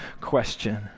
question